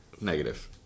negative